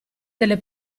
delle